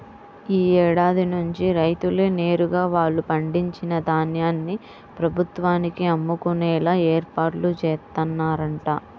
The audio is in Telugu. యీ ఏడాది నుంచి రైతులే నేరుగా వాళ్ళు పండించిన ధాన్యాన్ని ప్రభుత్వానికి అమ్ముకునేలా ఏర్పాట్లు జేత్తన్నరంట